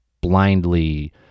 blindly-